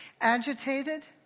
Agitated